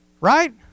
Right